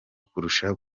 kurusha